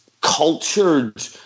cultured